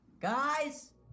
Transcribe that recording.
Guys